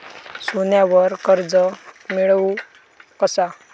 सोन्यावर कर्ज मिळवू कसा?